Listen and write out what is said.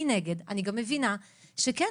מנגד אני גם מבינה שכן,